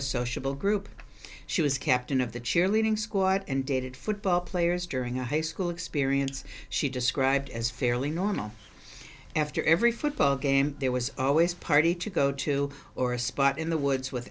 a sociable group she was captain of the cheerleading squad and dated football players during a high school experience she described as fairly normal after every football game there was always party to go to or a spot in the woods with